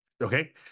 Okay